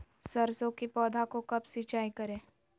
सरसों की पौधा को कब सिंचाई करे?